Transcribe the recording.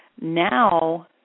now